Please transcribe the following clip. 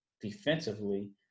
defensively